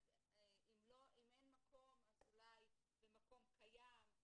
אם אין מקום, אולי במקום קיים.